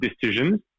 decisions